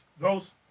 Ghost